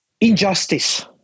injustice